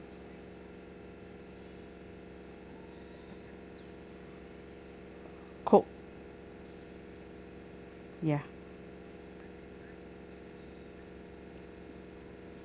coke ya